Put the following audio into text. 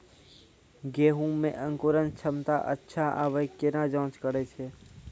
गेहूँ मे अंकुरन क्षमता अच्छा आबे केना जाँच करैय छै?